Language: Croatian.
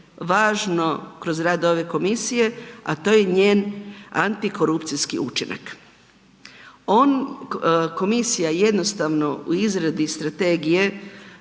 važno kroz rad ove komisije, a to je njen antikorupcijski učinak. On, komisija jednostavno u izradi strategije